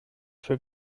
für